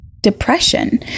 depression